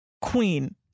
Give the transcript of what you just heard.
Queen